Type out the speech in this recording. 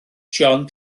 john